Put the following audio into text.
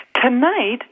Tonight